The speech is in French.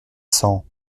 cents